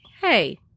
Hey